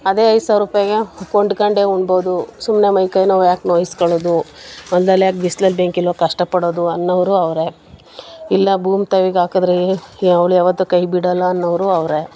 ಅದೇ ಐದು ಸಾವಿರ ರೂಪಾಯ್ಗೆ ಕೊಂಡ್ಕೊಂಡೇ ಉಣ್ಬೋದು ಸುಮ್ಮನೆ ಮೈ ಕೈ ನೋವು ಯಾಕೆ ನೋಯಿಸ್ಕೊಳ್ಳೋದು ಹೊಲ್ದಲ್ ಯಾಕೆ ಬಿಸ್ಲಲ್ಲಿ ಬೆಂಕಿಲೋ ಕಷ್ಟಪಡೋದು ಅನ್ನೋವರೂ ಅವ್ರೆ ಇಲ್ಲ ಭೂಮಿ ತಾಯಿಗ್ ಹಾಕದ್ರೆ ಅವ್ಳ್ ಯಾವತ್ತೂ ಕೈ ಬಿಡಲ್ಲ ಅನ್ನೋವರೂ ಅವ್ರೆ